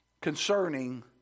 concerning